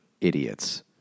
idiots